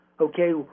okay